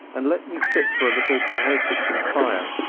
and let me sit for a little by her kitchen fire.